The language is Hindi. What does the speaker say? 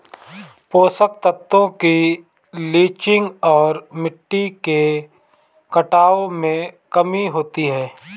पोषक तत्वों की लीचिंग और मिट्टी के कटाव में कमी होती है